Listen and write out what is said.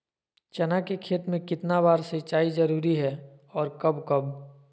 चना के खेत में कितना बार सिंचाई जरुरी है और कब कब?